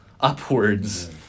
upwards